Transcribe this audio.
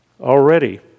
Already